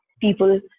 people